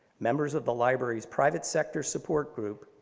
members of the library's private-sector support group,